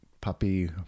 puppy